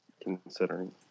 considering